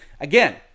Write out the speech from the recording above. Again